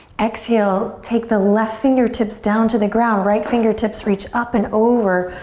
exhale, take the left fingertips down to the ground. right fingertips reach up and over.